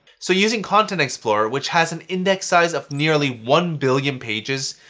so using content explorer, which has an index size of nearly one billion pages,